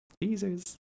Teasers